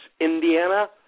Indiana